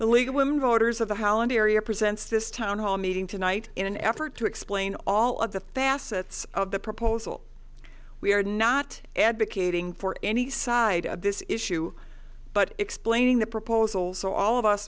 the league of women voters of the holiday area presents this town hall meeting tonight in an effort to explain all of the facets of the proposal we are not advocating for any side of this issue but explaining the proposal so all of us